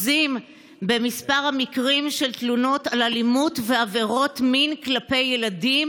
במספר המקרים של תלונות על אלימות ועבירות מין כלפי ילדים.